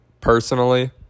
personally